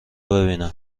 ببینم